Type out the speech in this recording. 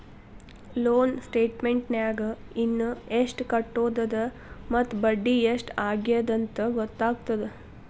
loan ಸ್ಟೇಟಮೆಂಟ್ನ್ಯಾಗ ಇನ ಎಷ್ಟ್ ಕಟ್ಟೋದದ ಮತ್ತ ಬಡ್ಡಿ ಎಷ್ಟ್ ಆಗ್ಯದಂತ ಗೊತ್ತಾಗತ್ತ